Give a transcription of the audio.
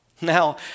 Now